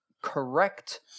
correct